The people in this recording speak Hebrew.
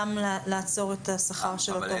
גם לעצור את השכר של אותו עובד.